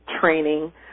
training